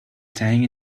standing